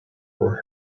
were